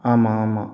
ஆமாம் ஆமாம்